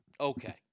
Okay